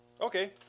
Okay